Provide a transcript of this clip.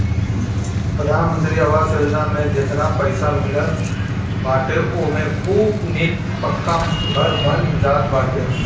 प्रधानमंत्री आवास योजना में जेतना पईसा मिलत बाटे ओमे खूब निक पक्का घर बन जात बाटे